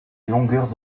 longueur